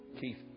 Keith